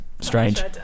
strange